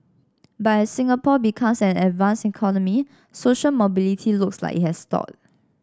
but as Singapore becomes an advanced economy social mobility looks like it has stalled